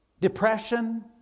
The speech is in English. Depression